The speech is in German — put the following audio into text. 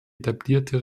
etablierte